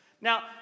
Now